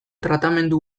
tratamendu